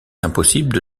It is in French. impossible